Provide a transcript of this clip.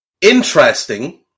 interesting